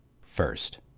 first